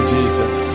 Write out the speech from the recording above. Jesus